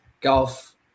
golf